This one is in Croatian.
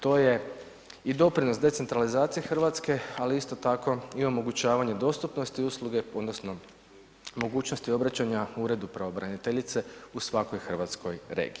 To je i doprinos decentralizaciji Hrvatske, ali isto tako i omogućavanje dostupnosti usluge odnosno mogućnost obraćanja Uredu pravobraniteljice u svakoj hrvatskoj regiji.